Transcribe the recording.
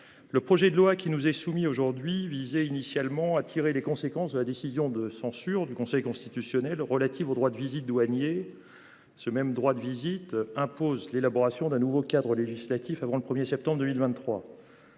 Le projet de loi qui nous est soumis aujourd'hui visait initialement à tirer les conséquences de la décision de censure du Conseil constitutionnel, relatives au droit de visite douaniers ce même droit de visite impose l'élaboration d'un nouveau cadre législatif avant le 1er septembre 2023.